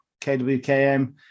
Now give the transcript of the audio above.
kWKM